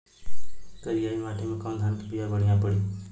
करियाई माटी मे कवन धान के बिया बढ़ियां पड़ी?